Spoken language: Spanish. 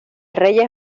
reyes